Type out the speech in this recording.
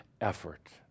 effort